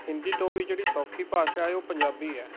ਹਿੰਦੀ ਤੋਂ ਵੀ ਜਿਹੜੀ ਸੌਖੀ ਭਾਸ਼ਾ ਏ ਉਹ ਪੰਜਾਬੀ ਹੈ